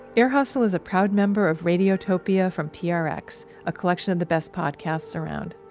ear hustle is a proud member of radiotopia from prx, a collection of the best podcasts around.